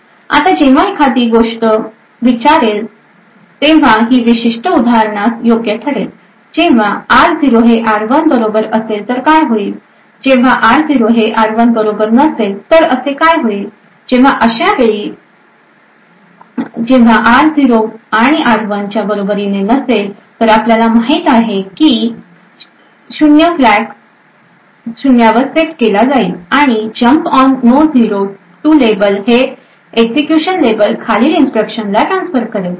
आता जेव्हा एखादी गोष्ट विचारेल तेव्हा ही विशिष्ट उदाहरणास योग्य ठरेल जेव्हा r0 हे r1 बरोबर असेल तर काय होईल जेव्हा r0 हे r1 बरोबर नसेल तर असे होईल जेव्हा अशा वेळी जेव्हा r0 हे r1 च्या बरोबरीने नसेल तर आपल्याला माहित आहे की 0 फ्लॅग शून्यावर सेट केला जाईल आणि jump on no zero to label हे एक्झिक्युशन लेबल खालील इन्स्ट्रक्शन ला ट्रान्सफर करेल